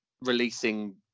releasing